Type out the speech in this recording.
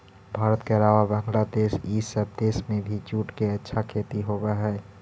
भारत के अलावा बंग्लादेश इ सब देश में भी जूट के अच्छा खेती होवऽ हई